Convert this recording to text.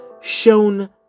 shown